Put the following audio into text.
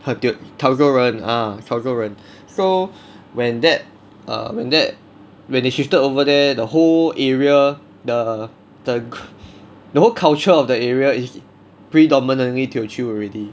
teo~ 潮州人 ah 潮州人 so when that err when that when they shifted over there the whole area the the the whole culture of the area is predominantly teochew already